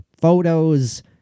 photos